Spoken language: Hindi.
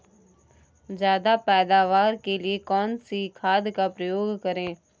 ज्यादा पैदावार के लिए कौन सी खाद का प्रयोग करें?